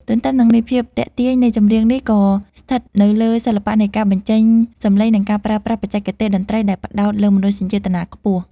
ទន្ទឹមនឹងនេះ ភាពទាក់ទាញនៃ ចម្រៀងនេះ ក៏ស្ថិតនៅលើសិល្បៈនៃការបញ្ចេញសម្លេង និងការប្រើប្រាស់បច្ចេកទេសតន្ត្រីដែលផ្ដោតលើមនោសញ្ចេតនាខ្ពស់។